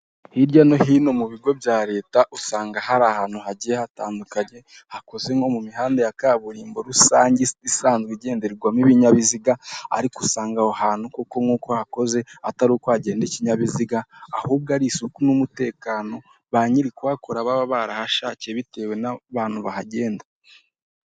Hirya no hino mu bigo bya leta usanga hari ahantu hagiye hatandukanye hakoze nko mu mihanda ya kaburimbo rusange isanzwe igenderwamo ibinyabiziga ariko usanga aho hantu kuko nk'uko hakoze atari uko hagenda ikinyabiziga ahubwo ari isuku n'umutekano ba nyiri kuhakora baba barahashakiye bitewe n'abantu bahagenda.